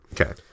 Okay